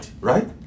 right